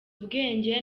ubwenge